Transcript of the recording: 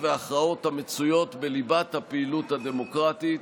והכרעות המצויות בליבת הפעילות הדמוקרטית".